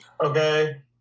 Okay